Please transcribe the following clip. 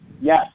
Yes